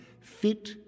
fit